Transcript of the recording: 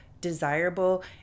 desirable